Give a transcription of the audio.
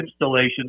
installation